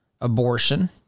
abortion